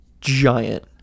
giant